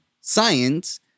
science